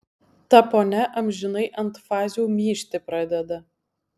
ta ponia amžinai ant fazių myžti pradeda